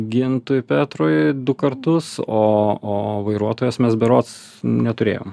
gintui petrui du kartus o o vairuotojas mes berods neturėjom